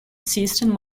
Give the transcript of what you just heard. system